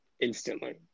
Instantly